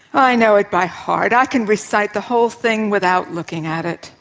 i know it by heart. i can recite the whole thing without looking at it.